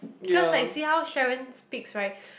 ya